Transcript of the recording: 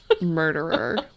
murderer